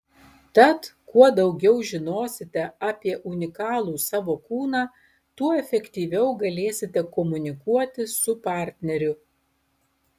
tad kuo daugiau žinosite apie unikalų savo kūną tuo efektyviau galėsite komunikuoti su partneriu